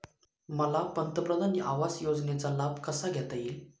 मला पंतप्रधान आवास योजनेचा लाभ कसा घेता येईल?